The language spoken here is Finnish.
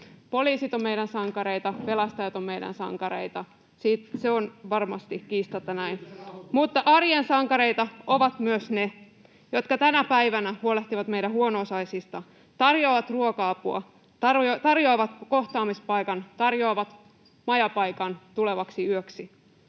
Poliisit ovat meidän sankareita, pelastajat ovat meidän sankareita, se on varmasti kiistatta näin. Mutta arjen sankareita ovat myös ne, jotka tänä päivänä huolehtivat meidän huono-osaisista, tarjoavat ruoka-apua, tarjoavat kohtaamispaikan, tarjoavat majapaikan tulevaksi yöksi.